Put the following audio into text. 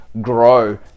grow